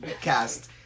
cast